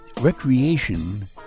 recreation